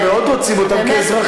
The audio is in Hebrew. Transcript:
כי הם מאוד רוצים אותם כאזרחים,